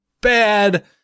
bad